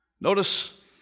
Notice